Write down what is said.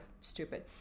stupid